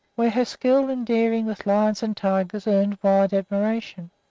where her skill and daring with lions and tigers earned wide admiration.